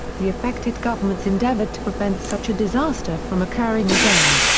the affected governments endeavored to prevent such a disaster from occurring again.